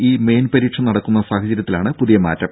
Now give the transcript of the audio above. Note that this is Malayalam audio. ഇ മെയിൻ പരീക്ഷ നടക്കുന്ന സാഹചര്യത്തിലാണ് പുതിയ മാറ്റം